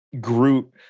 Groot